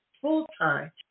full-time